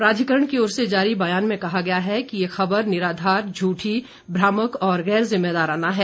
प्राधिकरण की ओर से जारी बयान में कहा गया है कि ये खबर निराधार झूठी भ्रामक और गैर जिम्मेदाराना है